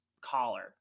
collar